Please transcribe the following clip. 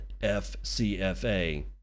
FCFA